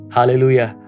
Hallelujah